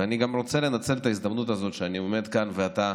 אני רוצה לנצל את ההזדמנות הזאת שאני עומד כאן ואתה